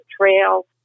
trail